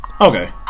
Okay